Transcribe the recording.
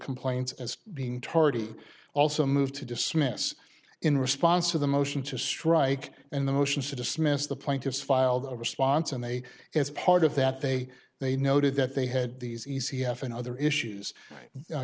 complaints was being tardy also moved to dismiss in response to the motion to strike and the motions to dismiss the plaintiffs filed a response and they as part of that they they noted that they had these e c f and other issues